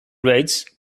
rates